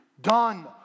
done